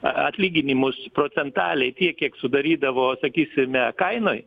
atlyginimus procentaliai tiek kiek sudarydavo sakysime kainoje